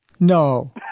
No